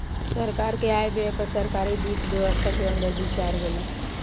सरकार के आय व्यय पर सरकारी वित्त व्यवस्था के अंदर विचार होला